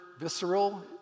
visceral